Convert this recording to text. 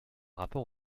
rapport